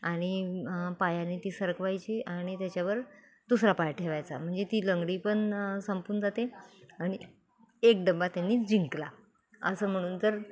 आणि पायाने ती सरकवायची आणि त्याच्यावर दुसरा पाय ठेवायचा म्हणजे ती लंगडी पण संपून जाते आणि एक डबा त्यांनी जिंकला असं म्हणून तर